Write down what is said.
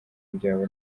byabo